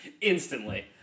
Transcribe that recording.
Instantly